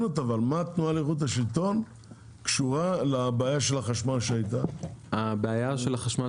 התנועה לאיכות השלטון עוסקת בסיפור של הרפורמה במשק החשמל